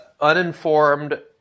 uninformed